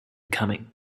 coming